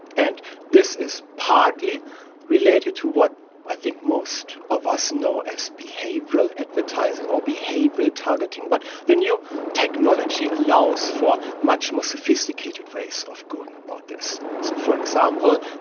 and this is partly related to what i think most of us know as behavioural advertising or behavioural targeting. but the new technology allows for much more sophisticated ways of going about this. so, for example,